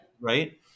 Right